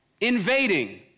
invading